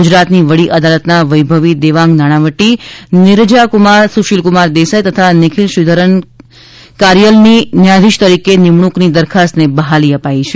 ગુજરાતની વડી અદાલતમાં વૈભવી દેવાંગ નાણાંવટી નીરજાકુમાર સુશિલકુમાર દેસાઈ તથા નિખીલ શ્રીધરન કારીયેલની ન્યાયાધીશ તરીકે નિમણૂંકની દરખાસ્તને બહાલી અપાઈ છે